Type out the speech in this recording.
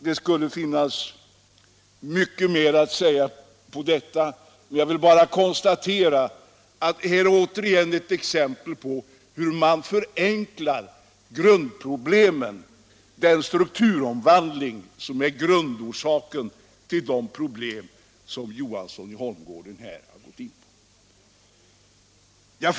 Det skulle finnas mycket mera att säga om de problem, som herr Johansson i Holmgården talade om, men jag vill bara konstatera att här har vi återigen ett exempel på hur man förenklar grundproblemen, när det är strukturomvandlingen inom näringslivet som är grundorsaken.